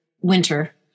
winter